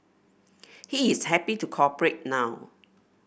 he is happy to cooperate now